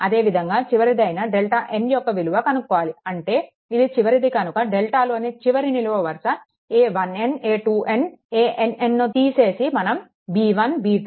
అదేవిధంగా చివరిదైనా delta n యొక్క విలువ కనుక్కోవాలి అంటే ఇది చివరిది కనుక డెల్టాలోని చివరి నిలువు వరుస a1n a2n annను తీసేసి మనం b1 b2